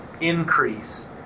increase